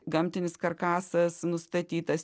gamtinis karkasas nustatytas